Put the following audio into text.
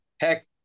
heck